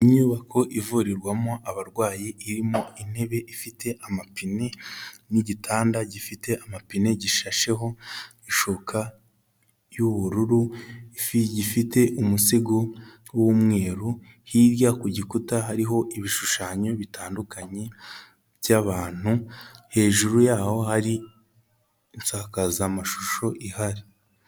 Inyubako ivurirwamo abarwayi irimo intebe ifite amapine n'igitanda gifite amapine gishasheho ishuka y'ubururu, gifite umusego w'umweru, hirya ku gikuta hariho ibishushanyo bitandukanye by'abantu, hejuru yaho hari insakazamashusho ihari.